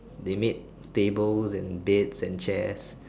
they made tables and beds and chairs